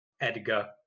Edgar